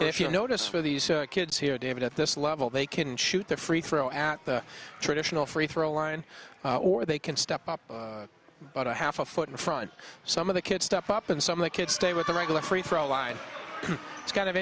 if you notice for these kids here david at this level they can shoot the free throw at the traditional free throw line or they can step up but a half a foot in front some of the kids step up and some of the kids stay with the regular free throw line it's kind of